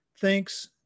Thanks